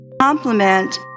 complement